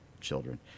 children